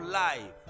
life